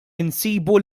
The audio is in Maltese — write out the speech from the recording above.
insibu